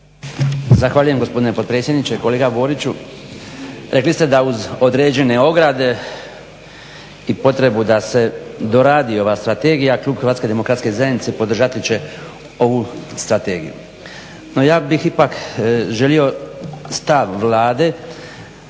Zahvaljujem gospodine potpredsjedniče. Kolega Boriću rekli ste da uz određene ograde i potrebu da se doradi ova strategija klub HDZ-a podržati će ovu strategiju. No ja bih ipak želio stav Vlade